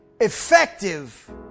effective